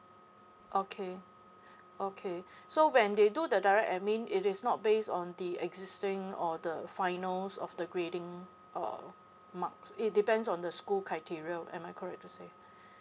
okay okay so when they do the direct admin it is not based on the existing or the finals of the grading uh marks it depends on the school criteria am I correct to say